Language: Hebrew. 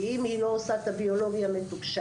כי אם היא לא עושה את הביולוגיה מתוקשב,